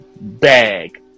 bag